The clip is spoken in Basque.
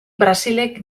brasilek